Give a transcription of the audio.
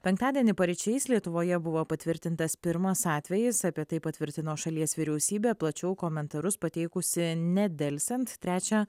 penktadienį paryčiais lietuvoje buvo patvirtintas pirmas atvejis apie tai patvirtino šalies vyriausybė plačiau komentarus pateikusi nedelsiant trečią